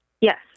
Yes